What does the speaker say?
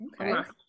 Okay